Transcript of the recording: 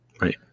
Right